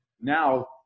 now